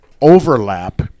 overlap